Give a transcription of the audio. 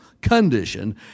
condition